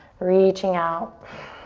reaching out.